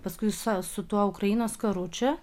paskui su tuo ukrainos karu čia